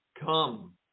Come